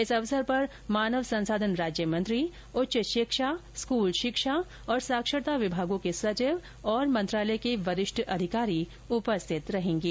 इस अवसर पर मानव संसाधन राज्य मंत्री उच्च शिक्षा स्कूल शिक्षा और साक्षरता विभागों के सचिव तथा मंत्रालय के वरिष्ठ अधिकारी उपस्थित रहेंगे